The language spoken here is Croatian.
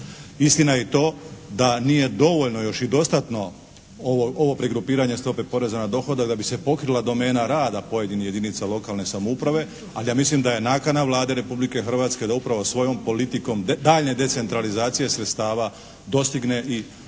Istina je i to da nije dovoljno još i dostatno ovo pregrupiranje stope poreza na dohodak da bi se pokrila domena rada pojedinih jedinica lokalne samouprave ali ja mislim da je nakana Vlade Republike Hrvatske da upravo svojom politikom daljnje decentralizacije sredstava dostigne i ovu